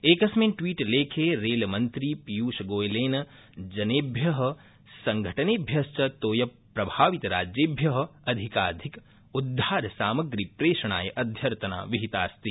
एकस्मिन् ट्वीटलेखे रेलमन्त्री पीयूषगोयलेन जनेभ्य संघटनेभ्यश्व तोयप्लवप्रभावितराज्येभ्य अधिकाधिक उद्धारसामग्रीप्रेषणाय अध्यर्थना विहिता अस्ति